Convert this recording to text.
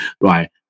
right